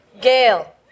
Gail